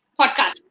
podcast